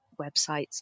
websites